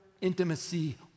intimacy